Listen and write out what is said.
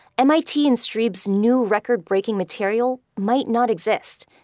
mit and strebe's new record-breaking material might not exist.